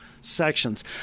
sections